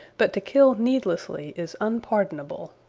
but to kill needlessly is unpardonable.